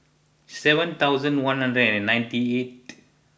seven thousand one hundred and ninety eighth